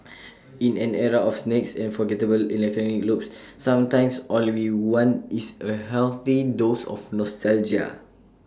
in an era of snakes and forgettable electronic loops sometimes all we want is A healthy dose of nostalgia